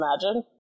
imagine